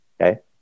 Okay